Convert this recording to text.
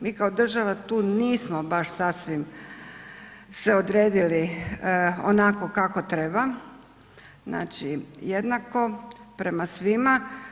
Mi kao država tu nismo baš sasvim se odredili onako kako treba, znači jednako prema svima.